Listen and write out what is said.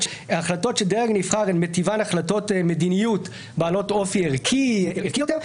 החלטות של דרג נבחר הן מטיבן החלטות מדיניות בעלות אופי ערכי יותר,